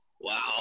Wow